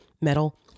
metal